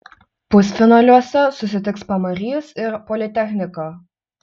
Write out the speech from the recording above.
pusfinaliuose susitiks pamarys ir politechnika